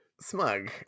smug